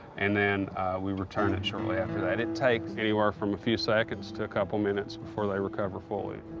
and then we return it shortly after that. it takes anywhere from a few seconds to a couple minutes before they recover fully.